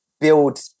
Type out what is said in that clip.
build